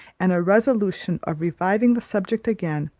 and a resolution of reviving the subject again,